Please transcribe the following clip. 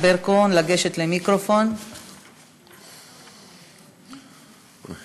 ואצל הגננות יש משהו אחר שיכול לעזור ולתת את התמריץ או את העידוד